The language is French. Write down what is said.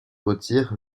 retire